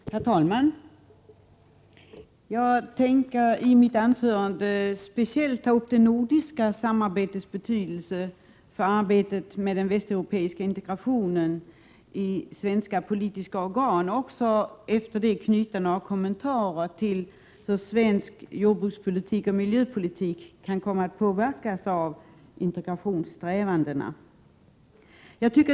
Herr talman! Jag tänker i mitt anförande speciellt ta upp det nordiska samarbetets betydelse för arbetet med den västeuropeiska integrationen i svenska politiska organ samt därefter knyta några kommentarer till frågan hur svensk jordbrukspolitik och miljöpolitik kan komma att påverkas av integrationssträvandena.